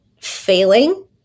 failing